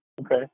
okay